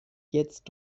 jetzt